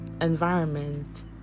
environment